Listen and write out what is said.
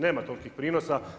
Nema tolikih prinosa.